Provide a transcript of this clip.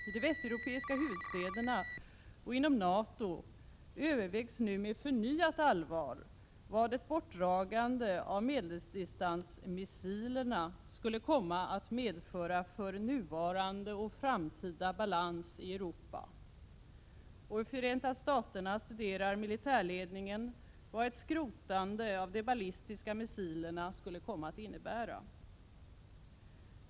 I de västeuropeiska huvudstäderna och inom Nato övervägs nu med förnyat allvar vad ett bortdragande av medeldistansmissilerna skulle komma att medföra för nuvarande och framtida balans i Europa. I Förenta staterna studerar militärledningen vad ett skrotande av de ballistiska missilerna skulle komma att innebära.